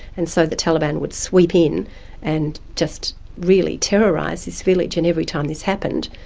and so the taliban would sweep in and just really terrorise this village, and every time this happened,